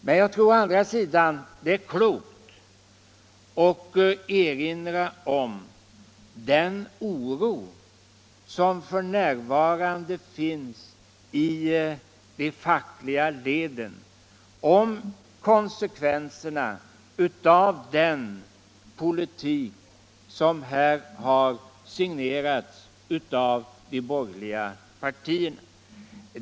Men jag tror å andra sidan att det är klokt att erinra om den oro som f.n. finns i de fackliga leden om konsekvenserna av den politik som här signerats av de borgerliga partierna.